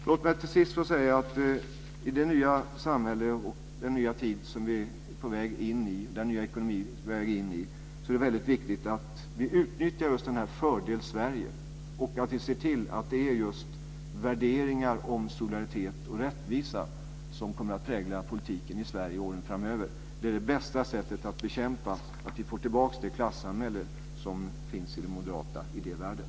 Låt mig till sist få säga att i det nya samhälle, i den nya tid och den nya ekonomi som vi är på väg in i så är det väldigt viktigt att vi utnyttjar just denna fördel Sverige och att vi ser till att det är just värderingar om solidaritet och rättvisa som kommer att prägla politiken i Sverige åren framöver. Det är det bästa sättet att bekämpa att vi får tillbaka det klasssamhälle som finns i den moderata idévärlden.